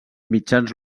mitjans